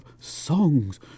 songs